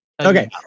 Okay